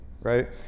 right